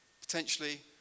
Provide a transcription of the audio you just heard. potentially